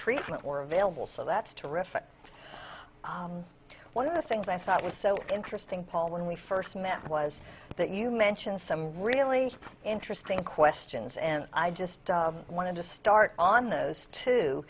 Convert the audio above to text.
treatment or available so that's terrific one of the things i thought was so interesting paul when we first met was that you mentioned some really interesting questions and i just wanted to start on those two